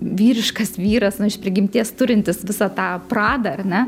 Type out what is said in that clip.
vyriškas vyras nu iš prigimties turintis visą tą pradą ar ne